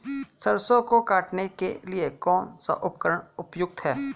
सरसों को काटने के लिये कौन सा उपकरण उपयुक्त है?